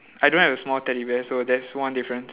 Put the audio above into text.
I don't have a small teddy bear so that's one difference